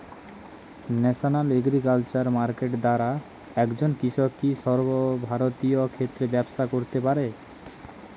National agriculture market দ্বারা একজন কৃষক কি সর্বভারতীয় ক্ষেত্রে ব্যবসা করতে পারে?